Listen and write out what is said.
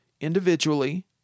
individually